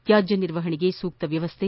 ತ್ಯಾಜ್ಜ ನಿರ್ವಹಣೆಗೆ ಸೂಕ್ತ ವ್ಚವಸ್ಥೆ